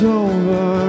over